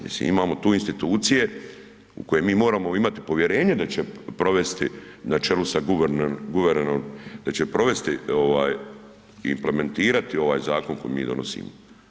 Mislim imao tu institucije u koje mi moramo imati povjerenje da će provesti na čelu sa guvernerom da će provesti i implementirati ovaj zakon koji mi donosimo.